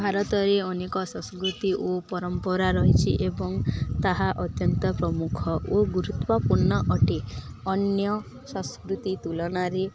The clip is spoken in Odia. ଭାରତରେ ଅନେକ ସଂସ୍କୃତି ଓ ପରମ୍ପରା ରହିଛି ଏବଂ ତାହା ଅତ୍ୟନ୍ତ ପ୍ରମୁଖ ଓ ଗୁରୁତ୍ୱପୂର୍ଣ୍ଣ ଅଟେ ଅନ୍ୟ ସଂସ୍କୃତି ତୁଳନାରେ